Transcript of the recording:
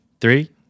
Three